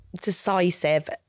Decisive